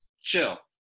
chill